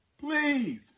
please